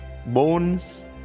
bones